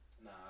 Nah